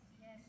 Yes